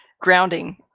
grounding